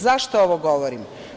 Zašto ovo govorim?